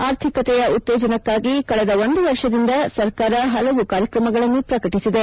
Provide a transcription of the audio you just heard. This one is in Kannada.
ಆರ್ಥಿಕತೆಯ ಉತ್ತೇಜನಕ್ಕಾಗಿ ಕಳೆದ ಒಂದು ವರ್ಷದಿಂದ ಸರ್ಕಾರ ಹಲವು ಕಾರ್ಯಕ್ರಮಗಳನ್ನು ಪ್ರಕಟಿಸಿದೆ